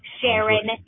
Sharon